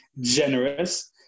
generous